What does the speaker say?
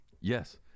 yes